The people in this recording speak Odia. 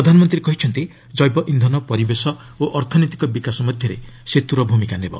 ପ୍ରଧାନମନ୍ତ୍ରୀ କହିଛନ୍ତି ଜେବ ଇନ୍ଧନ ପରିବେଶ ଓ ଅର୍ଥନୈଅତିକ ବିକାଶ ମଧ୍ୟରେ ସେତୁର ଭୂମିକା ନେବ